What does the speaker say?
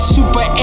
Super